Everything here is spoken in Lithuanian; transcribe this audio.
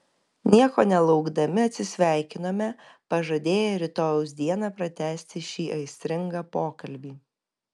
nieko nelaukdami atsisveikinome pažadėję rytojaus dieną pratęsti šį aistringą pokalbį